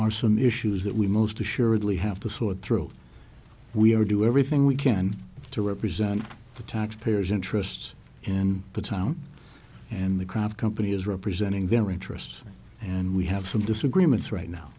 are some issues that we most assuredly have to sort through we are do everything we can to represent the taxpayers interests in the town and the craft company is representing their interests and we have some disagreements right now